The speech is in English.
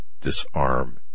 disarm